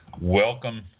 welcome